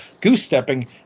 goose-stepping